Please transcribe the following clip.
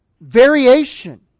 variation